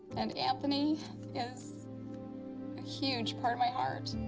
and anthony is a huge part of my heart.